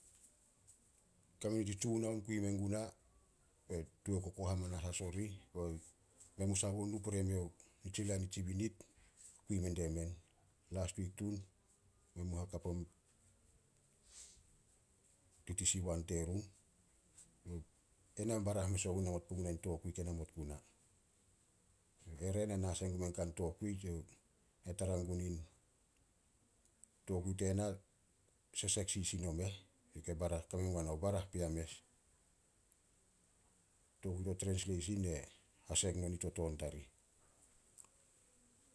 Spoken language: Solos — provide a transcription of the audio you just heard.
Kame nitsi Tsunaon kui menguna, tua kokoh amanas as orih. Men mu sagou nu pore meo nitsi lain nitsi binit, kui mendie men. Las wik tun men mu hakap TTC1 terun, ena barah mes ogun namot puguna in tokui ke namot guna. Ere na na sai gumen kan tokui, ne tara gun in, tokui tena sesek sisin omeh. Youh ke barah, kame guana o barah pea mes. Tokui to trensleisin e hasek no nitoton tarih.